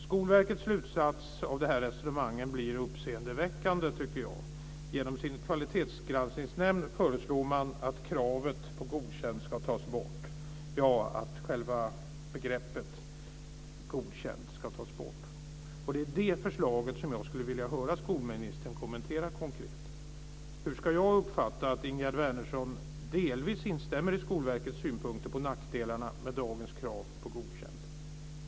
Skolverkets slutsats blir uppseendeväckande. Genom sin kvalitetsgranskningsnämnd föreslår man att själva begreppet godkänd ska tas bort. Jag skulle vilja höra skolministern konkret kommentera det förslaget. Hur ska jag uppfatta att Ingegerd Wärnersson delvis instämmer i Skolverkets synpunkter på nackdelarna med dagens krav på godkänt?